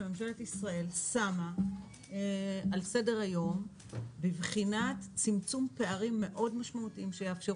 שממשלת ישראל שמה על סדר היום בבחינת צמצום פערים מאוד משמעותי שיאפשר